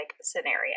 scenario